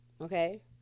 Okay